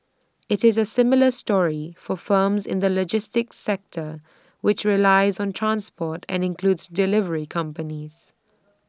IT is A similar story for firms in the logistics sector which relies on transport and includes delivery companies